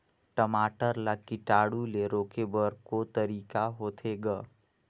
टमाटर ला कीटाणु ले रोके बर को तरीका होथे ग?